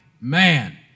man